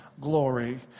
glory